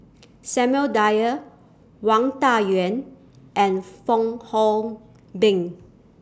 Samuel Dyer Wang Dayuan and Fong Hoe Beng